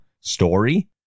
story